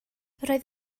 roedd